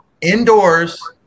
indoors